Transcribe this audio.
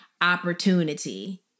opportunity